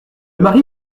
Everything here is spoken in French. mari